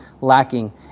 lacking